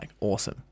awesome